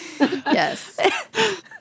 Yes